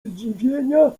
zdziwienia